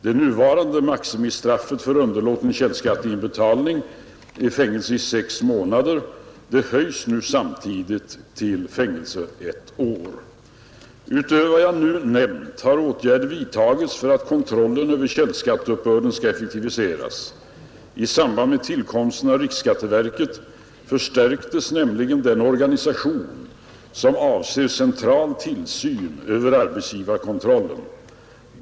Det nuvarande maximistraffet för underlåten källskatteinbetalning, fängelse i sex månader, höjs samtidigt till fängelse i ett år. Utöver vad jag nu nämnt har åtgärder vidtagits för att kontrollen över källskatteuppbörden skall effektiviseras. I samband med tillkomsten av riksskatteverket förstärktes nämligen den organisation som avser central tillsyn över arbetsgivarkontrollen.